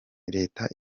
leta